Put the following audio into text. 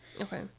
Okay